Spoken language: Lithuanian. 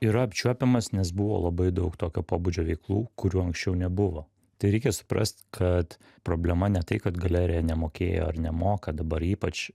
yra apčiuopiamas nes buvo labai daug tokio pobūdžio veiklų kurių anksčiau nebuvo tai reikia suprast kad problema ne tai kad galerija nemokėjo ar nemoka dabar ypač